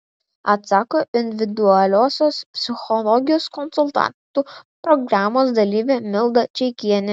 atsako individualiosios psichologijos konsultantų programos dalyvė milda čeikienė